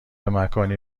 مکانی